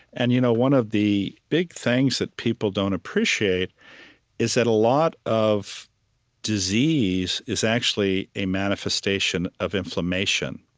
and you know one of the big things that people don't appreciate is that a lot of disease is actually a manifestation of inflammation,